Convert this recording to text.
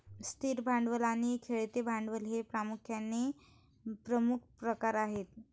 स्थिर भांडवल आणि खेळते भांडवल हे भांडवलाचे प्रमुख प्रकार आहेत